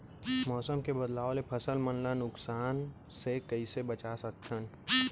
मौसम के बदलाव ले फसल मन ला नुकसान से कइसे बचा सकथन?